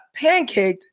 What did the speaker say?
pancaked